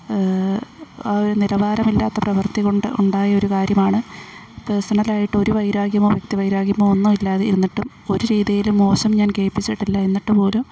ആ ഒരു നിലവാരമില്ലാത്ത പ്രവൃത്തികൊണ്ട് ഉണ്ടായൊരു കാര്യമാണ് പേഴ്സണലായിട്ടൊരു വൈരാഗ്യമോ വ്യക്തി വൈരാഗ്യമോ ഒന്നുമില്ലാതെ ഇരുന്നിട്ടും ഒരു രീതിയിലും മോശം ഞാൻ കേള്പ്പിച്ചിട്ടില്ല എന്നിട്ടുപോലും